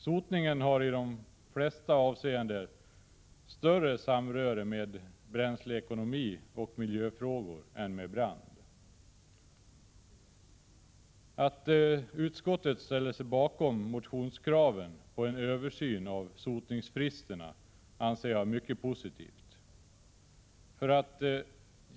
Sotningen har i de flesta avseenden större samröre med bränsleekonomi och miljöfrågor än med brand. Att utskottet ställer sig bakom motionskraven på en översyn av sotningsfristerna är mycket positivt.